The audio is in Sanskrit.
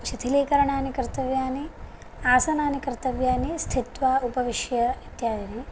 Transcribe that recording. शिथिलीकरणानि कर्तव्यानि आसनानि कर्तव्यानि स्थित्वा उपविश्य इत्यादि